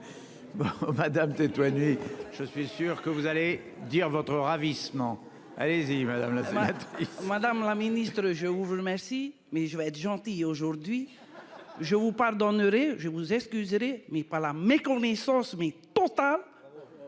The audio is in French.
Madame. Je suis sûr que vous allez dire votre ravissement allez-y Madame la fenêtre. Madame la ministre, je vous remercie. Mais je vais être gentille aujourd'hui je vous pardonnerez je vous excuserez mais par la méconnaissance mais.